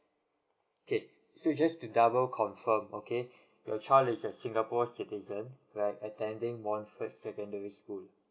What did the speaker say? okay so just to double confirm okay your child is a singapore citizen right attending monfort secondary school